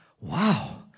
Wow